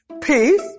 peace